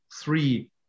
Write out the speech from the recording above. three